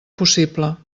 possible